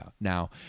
now